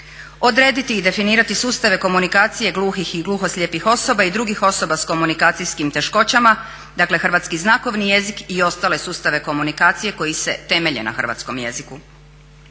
Odrediti i definirati sustave komunikacije gluhih i gluhoslijepih osoba i drugih osoba sa komunikacijskim teškoćama, dakle hrvatski znakovni jezik i ostale sustave komunikacije koji se temelje na hrvatskom jeziku.